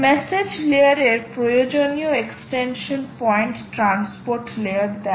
message লেয়ারের প্রয়োজনীয় extension point transport layer দেয়